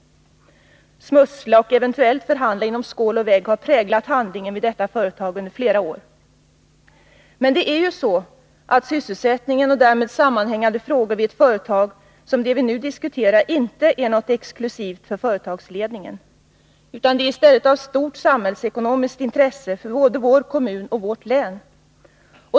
Att smussla och eventuellt förhandla mellan skål och vägg är något som under flera år har präglat företagets handlande. Men det är ju så att sysselsättningen och därmed sammanhängande frågor vid ett företag som det vi nu diskuterar inte är något exklusivt för företagsledningen. Det är i stället av stort samhällsintresse för både vår kommun och vårt län.